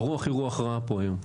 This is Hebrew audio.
והרוח היא רוח רעה פה היום.